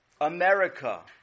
America